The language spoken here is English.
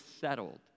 settled